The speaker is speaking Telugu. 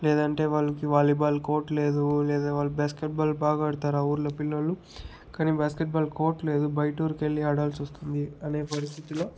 లేదంటే వాళ్ళకి వాలీబాల్ కోర్ట్ లేదు లేదంటే వాళ్ళు బాస్కెట్ బాల్ బాగా ఆడతారు ఆ ఊర్లో పిల్లోళ్ళు కానీ బాస్కెట్ బాల్ కోర్ట్ లేదు బయట ఊరికి వెళ్ళి ఆడాల్సి వస్తుంది అనే పరిస్థితిలో